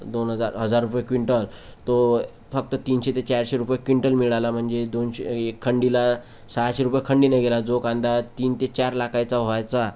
दोन हजार हजार रुपये क्विंटल तो फक्त तीनशे ते चारशे रुपये क्विंटल मिळाला म्हणजे दोनशे खंडीला सहाशे रुपये खंडीने गेला जो कांदा तीन ते चार लाखाचा व्हायचा